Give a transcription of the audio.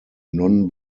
non